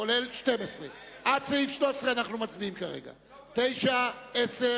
כולל 12. עד סעיף 13 אנחנו מצביעים כרגע על סעיפים 9,